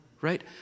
Right